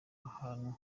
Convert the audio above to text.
ahantu